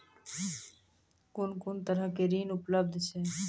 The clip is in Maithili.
कून कून तरहक ऋण उपलब्ध छै?